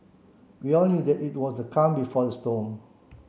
we all knew that it was the calm before the storm